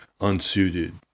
unsuited